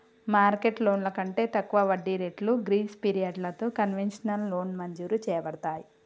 market లోన్లు కంటే తక్కువ వడ్డీ రేట్లు గ్రీస్ పిరియడలతో కన్వెషనల్ లోన్ మంజురు చేయబడతాయి